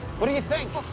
what do you think?